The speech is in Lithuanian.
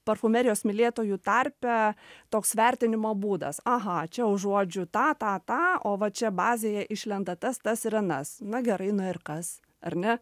parfumerijos mylėtojų tarpe toks vertinimo būdas aha čia užuodžiu tą tą tą o va čia bazėje išlenda tas tas ir anas na gerai na ir kas ar ne